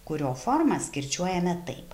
kurio formas kirčiuojame taip